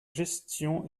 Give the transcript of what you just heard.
gestion